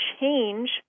change